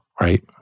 right